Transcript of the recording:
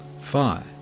five